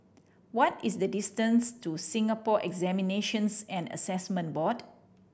what is the distance to Singapore Examinations and Assessment Board